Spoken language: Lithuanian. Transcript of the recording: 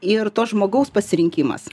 ir to žmogaus pasirinkimas